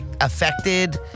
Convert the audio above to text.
affected